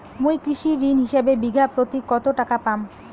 মুই কৃষি ঋণ হিসাবে বিঘা প্রতি কতো টাকা পাম?